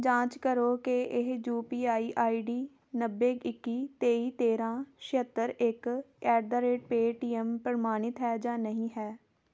ਜਾਂਚ ਕਰੋ ਕਿ ਇਹ U P I I D ਨੱਬੇ ਇੱਕੀ ਤੇਈ ਤੇਰ੍ਹਾਂ ਛਿਹੱਤਰ ਇੱਕ ਐਟ ਦਾ ਰੇਟ ਪੇਅ ਟੀਐੱਮ ਪ੍ਰਮਾਣਿਤ ਹੈ ਜਾਂ ਨਹੀਂ ਹੈ